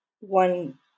one